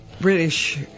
British